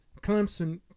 Clemson